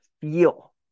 feel